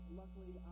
luckily